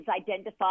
identified